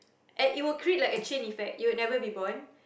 and it would like create like a chain effect you would never be born